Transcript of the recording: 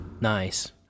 Nice